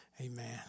amen